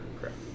Correct